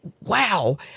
wow